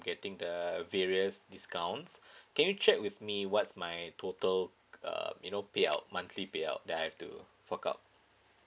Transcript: getting the various discounts can you check with me what's my total uh you know payout monthly pay out that I have to fork out